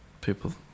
people